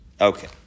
Okay